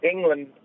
England